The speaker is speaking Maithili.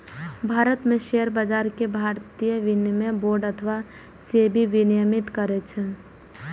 भारत मे शेयर बाजार कें भारतीय विनिमय बोर्ड अथवा सेबी विनियमित करै छै